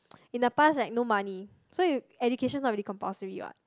in the past right no money so you education not really compulsory what